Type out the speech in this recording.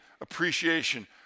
appreciation